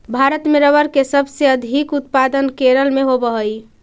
भारत में रबर के सबसे अधिक उत्पादन केरल में होवऽ हइ